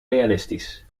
realistisch